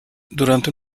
durante